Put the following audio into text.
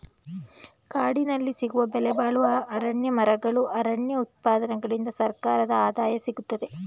ಕಾಡಿನಲ್ಲಿ ಸಿಗುವ ಬೆಲೆಬಾಳುವ ಮರಗಳು, ಅರಣ್ಯ ಉತ್ಪನ್ನಗಳಿಂದ ಸರ್ಕಾರದ ಆದಾಯ ಸಿಗುತ್ತದೆ